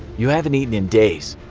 you haven't eaten in days.